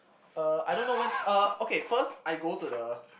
uh I don't know when uh okay first I go to the